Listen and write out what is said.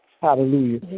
Hallelujah